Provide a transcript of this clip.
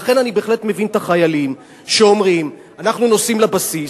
לכן אני בהחלט מבין את החיילים שאומרים: אנחנו נוסעים לבסיס,